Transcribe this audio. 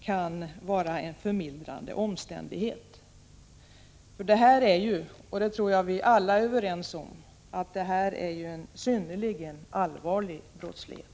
kan vara en förmildrande omständighet. Det är ju — det tror jag att vi alla är överens om — fråga om en synnerligen allvarlig brottslighet.